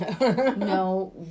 No